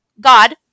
God